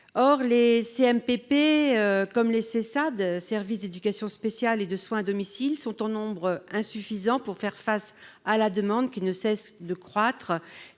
Or les CMPP comme les SESSAD, les services d'éducation spéciale et de soins à domicile, sont en nombre insuffisant pour faire face à la demande, qui ne cesse de croître